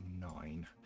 nine